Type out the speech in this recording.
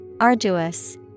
Arduous